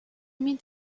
mean